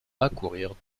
accourir